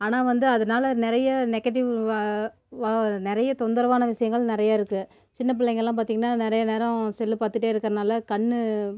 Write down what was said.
ஆனால் வந்து அதனால நிறைய நெகட்டிவ் வா நிறைய தொந்தரவான விஷயங்கள் நிறையா இருக்குது சின்னப் பிள்ளைங்கள்லாம் பார்த்தீங்கன்னா நிறைய நேரம் செல்லு பார்த்துட்டே இருக்கிறனால கண்ணு